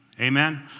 Amen